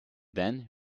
then